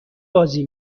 بازی